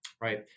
right